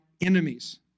enemies